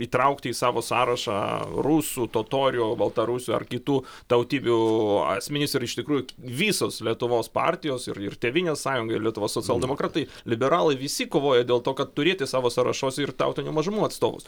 įtraukti į savo sąrašą rusų totorių baltarusių ar kitų tautybių asmenis ir iš tikrųjų visos lietuvos partijos ir ir tėvynės sąjunga lietuvos socialdemokratai liberalai visi kovoja dėl to kad turėti savo sąrašuose ir tautinių mažumų atstovus